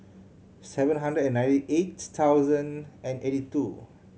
seven hundred and ninety eight thousand and eighty two